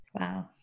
Wow